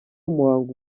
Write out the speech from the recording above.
umuhango